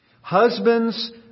Husbands